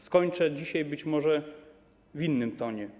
Skończę dzisiaj być może w innym tonie.